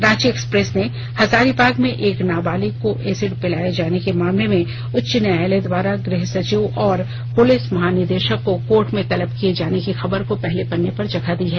Ranchi Express ने हजारीबाग में एक नाबालिग को एसिड पिलाए जाने के मामले में उच्च न्यायालय द्वारा गृह सचिव और पुलिस महानिदेशक को कोर्ट में तलब किए जाने की खबर को पहले पन्ने पर जगह दी है